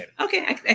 Okay